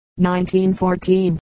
1914